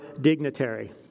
dignitary